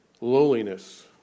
Lowliness